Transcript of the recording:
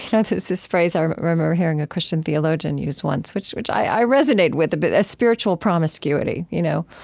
yeah this this phrase i but remember hearing, a christian theologian used once, which which i resonate with a bit as spiritual promiscuity. you know,